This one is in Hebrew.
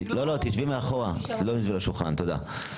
לא, לא, תשבי מאחורה, לא מסביב לשולחן, תודה.